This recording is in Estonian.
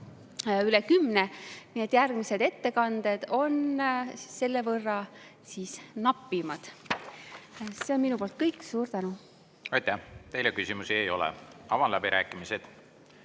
üle kümne, nii et järgmised ettekanded on selle võrra napimad. See on minu poolt kõik. Suur tänu! Aitäh! Teile küsimusi ei ole. Avan läbirääkimised.